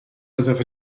byddaf